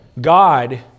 God